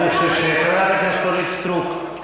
ואני, חברת הכנסת אורית סטרוק,